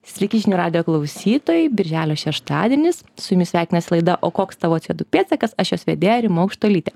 sveiki žinių radijo klausytojai birželio šeštadienis su jumis sveikinasi laida o koks tavo codu pėdsakas aš jos vedėja rima aukštuolytė